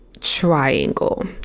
triangle